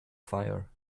fire